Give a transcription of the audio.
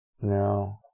No